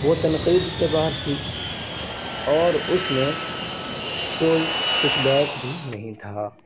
وہ تنقید سے باہر تھی اور اس میں کوئی پش بیک بھی نہیں تھا